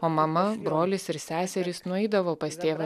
o mama brolis ir seserys nueidavo pas tėvą